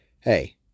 hey